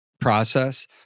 process